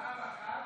פעם אחת